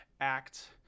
act